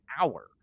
hour